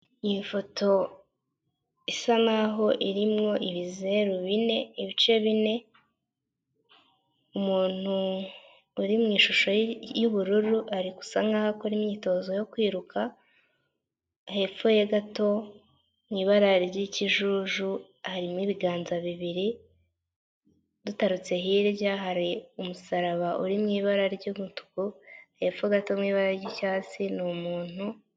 Iyi foto isa naho irimwo ibizeru bine, ibice bine ,umuntu uri mu ishusho y'ubururu ari gasa nkaho akora imyitozo yo kwiruka hepfo ye gato mw'ibara ry'ikijuju harimo ibiganza bibiri, duturutse hirya hari umusaraba uri mu ibara ry'umutuku hepfo gato mw'ibara ry'icyatsi ni umuntu.